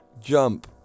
jump